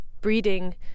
breeding